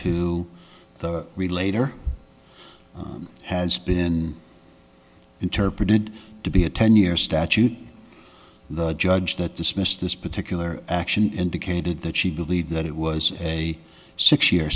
to the relator has been interpreted to be a ten year statute the judge that dismissed this particular action indicated that she believed that it was a six year